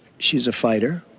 she is a fighter.